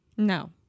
No